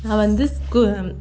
நான் வந்து ஸ்கூ